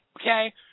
okay